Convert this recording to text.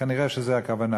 כנראה זו הכוונה.